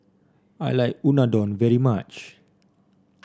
I like Unadon very much